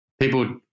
people